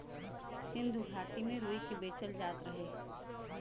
सिन्धु घाटी में रुई के बेचल जात रहे